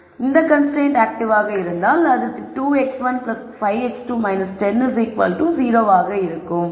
இந்த கன்ஸ்ரைன்ட் ஆக்டிவாக இருந்தால் அது 2 x1 5 x2 10 0 ஆக இருக்கும்